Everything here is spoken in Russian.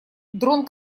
дрон